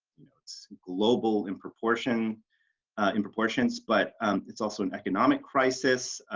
you know its global in proportion in proportions, but it's also an economic crisis.